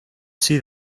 see